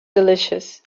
delicious